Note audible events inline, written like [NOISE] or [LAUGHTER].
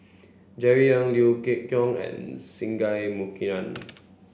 Jerry Ng Liew Geok [UNINTELLIGIBLE] and Singai Mukilan